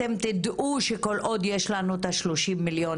אתם תדעו שכל עוד יש לנו את ה-30 מיליון,